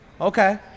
Okay